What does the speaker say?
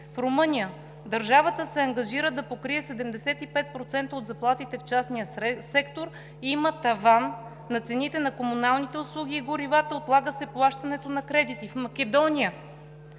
в Румъния: „Държавата се ангажира да покрие 75% от заплатите в частния сектор и има таван на цените на комуналните услуги и горивата, отлага се плащането на кредити“; в Македония: